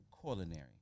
culinary